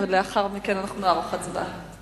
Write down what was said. ולאחר מכן אנחנו נערוך הצבעה.